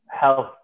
health